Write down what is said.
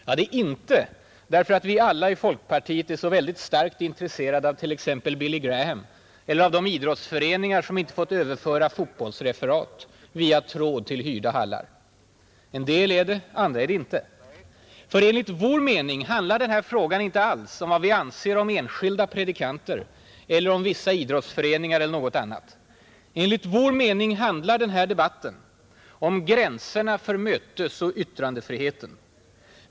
Ja, inte är det därför att alla i folkpartiet är så starkt intresserade av t.ex. Billy Graham eller av de idrottsföreningar som inte fått överföra fotbollsreferat via tråd till hyrda hallar. En del är det, andra är det inte. Enligt vår mening handlar den här frågan inte alls om vad vi anser om enskilda predikanter eller om vissa idrottsföreningar eller något annat. Enligt vår mening handlar debatten om gränserna för mötesoch yttrandefriheten.